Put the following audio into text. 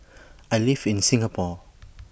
I live in Singapore